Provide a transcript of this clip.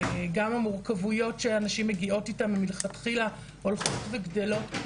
גם המורכבויות שנשים מגיעות איתן מלכתחילה הולכות וגדלות,